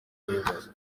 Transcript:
bayobozi